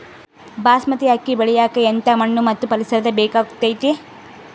ಬಾಸ್ಮತಿ ಅಕ್ಕಿ ಬೆಳಿಯಕ ಎಂಥ ಮಣ್ಣು ಮತ್ತು ಪರಿಸರದ ಬೇಕಾಗುತೈತೆ?